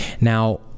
Now